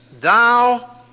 thou